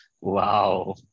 Wow